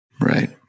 Right